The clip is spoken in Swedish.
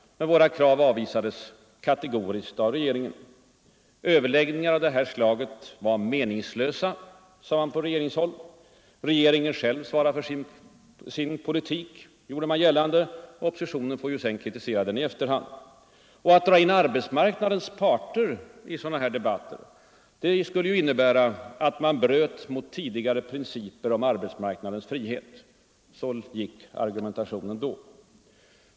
Våra krav avvisades kategoriskt av regeringen. Överläggningar av det slaget var meningslösa, sades det från regeringshåll. Regeringen svarade själv för sin politik, gjorde man gällande. Oppositionen får sedan kritisera den i efterhand. Att dra in arbetsmarknadens parter i sådana debatter, det vore att bryta mot tidigare principer om arbetsmarknadens frihet. — Så gick argumentationen då.